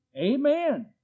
Amen